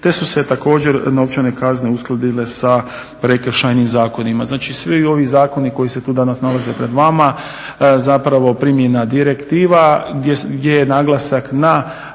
Te su se također novčane kazne uskladile sa prekršajnim zakonima. Znači svi ovi zakoni koji se tu danas nalaze pred vama zapravo primjena direktiva gdje je naglasak na